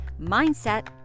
mindset